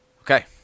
Okay